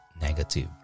negative